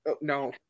no